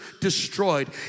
destroyed